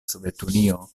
sovetunio